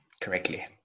correctly